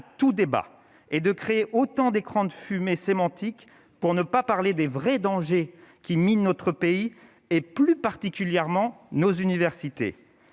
tout débat et de créer autant d'écran de fumée sémantique pour ne pas parler des vrais dangers qui mine notre pays et, plus particulièrement, nos universités